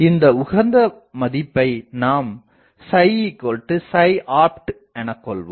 இந்த உகந்த மதிப்பை நாம் optஎன கொள்வோம்